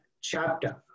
chapter